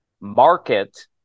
market